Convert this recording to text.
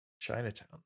Chinatown